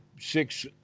six